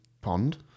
pond